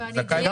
זכאי.